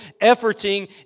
efforting